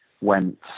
went